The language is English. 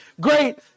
great